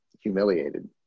humiliated